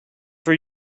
for